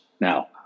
Now